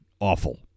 awful